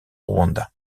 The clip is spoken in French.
rwanda